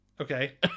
Okay